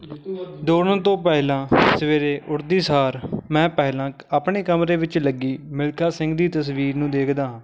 ਦੌੜਨ ਤੋਂ ਪਹਿਲਾਂ ਸਵੇਰੇ ਉੱਠਦੇ ਸਾਰ ਮੈਂ ਪਹਿਲਾਂ ਆਪਣੇ ਕਮਰੇ ਵਿੱਚ ਲੱਗੀ ਮਿਲਖਾ ਸਿੰਘ ਦੀ ਤਸਵੀਰ ਨੂੰ ਦੇਖਦਾ ਹਾਂ